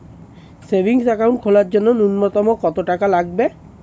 Savings account খোলার জন্য নূন্যতম কত টাকা লাগবে?